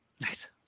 Nice